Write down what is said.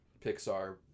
Pixar